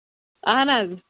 اَہَن حظ